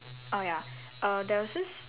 oh ya err there was this